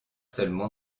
seulement